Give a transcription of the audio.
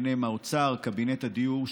ובהם האוצר וקבינט הדיור,